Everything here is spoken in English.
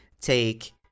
take